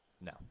No